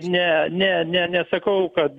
ne ne ne nesakau kad